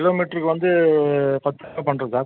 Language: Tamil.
கிலோமீட்டருக்கு வந்து பத்துரூபா பண்ணுறது தான்